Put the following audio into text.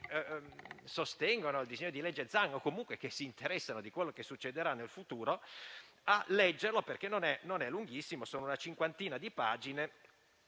sostengono il disegno di legge Zan, o comunque che si interessano di quello che succederà nel futuro, a leggerlo perché non è lunghissimo (sono una cinquantina di pagine),